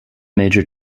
major